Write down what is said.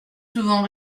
souvent